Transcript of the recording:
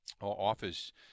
office